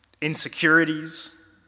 insecurities